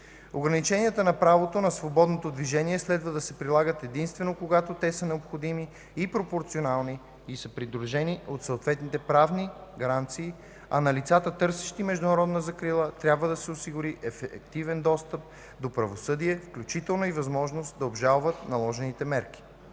Ограничения на правото на свободно движение следва да се прилагат единствено, когато те са необходими и пропорционални и са придружени от съответните правни гаранции, а на лицата, търсещи международна закрила, трябва да се осигури ефективен достъп до правосъдие, включително и възможност да обжалват наложените мерки.